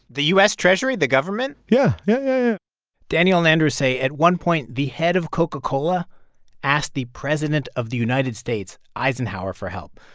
the u s. treasury the government? yeah. yeah, yeah, yeah daniel and andrew say at one point the head of coca-cola asked the president of the united states, eisenhower, for help.